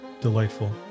Delightful